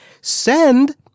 Send